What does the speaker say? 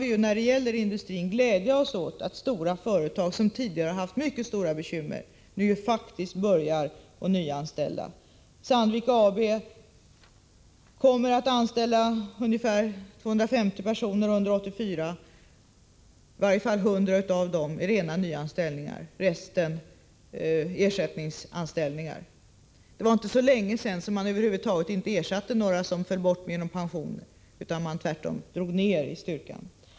Vi kan när det gäller industrin glädja oss åt att stora företag som tidigare har haft mycket stora bekymmer nu faktiskt börjar att nyanställa. Sandvik AB kommer att anställa ungefär 250 personer under 1984. För i varje fall 100 av dem är det fråga om rena nyanställningar, och i de övriga fallen gäller det ersättningsanställningar. Det var inte så länge sedan som man över huvud taget inte ersatte dem som avgick med pension utan i stället drog ned på arbetsstyrkan.